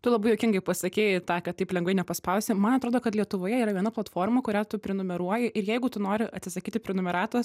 tai labai juokingai pasakei tą ką taip lengvai nepaspausi man atrodo kad lietuvoje yra viena platforma kurią tu prenumeruoji ir jeigu tu nori atsisakyti prenumeratos